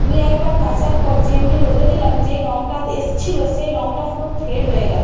দুই একবার কাচার পর যেমনি রোদে দিলাম যেই রংটা এসছিল সেই রংটা পুরো ফেড হয়ে গেল